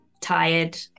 tired